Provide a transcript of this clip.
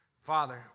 Father